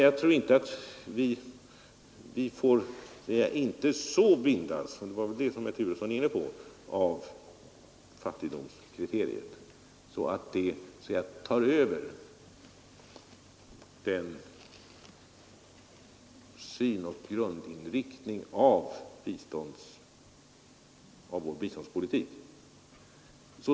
Jag tror emellertid inte att vi får så bindas — det var detta som herr Turesson var inne på — av fattigdomskriteriet att det så att säga tar över när det gäller grundinriktningen av vår biståndpolitik.